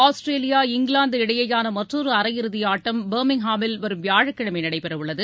Australia England இடையேயான மற்றொரு அரையிறுதி ஆட்டம் பர்மிங்ஹாமில் வரும் வியாழக்கிழமை நடைபெற உள்ளது